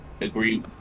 agree